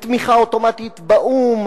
בתמיכה אוטומטית באו"ם,